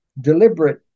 Deliberate